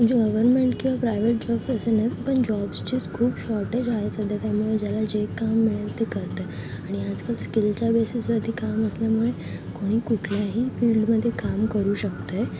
government किंवा private job तसं नाही पण जॉबचीच खूप शॉर्टेज आहे सध्या त्यामुळे ज्याला जे काम मिळेल ते करत आहे आणि आजकाल स्किलच्या बेसिसवरती काम असल्यामुळे कोणी कुठल्याही फील्डमध्ये काम करू शकत आहे